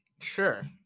Sure